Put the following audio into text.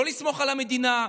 לא לסמוך על המדינה,